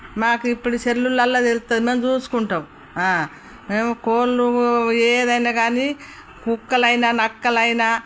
మాకిప్పుడు సెల్లులల్లో తెలుత్తాది మేం చూసుకుంటాం మేం కోళ్ళు ఏదైనా గానీ కుక్కలైనా నక్కలైనా